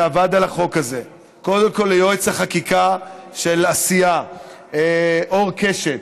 שעבד על החוק הזה: קודם כול ליועץ החקיקה של הסיעה אור קשת,